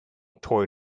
tore